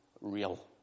real